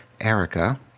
Erica